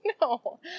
No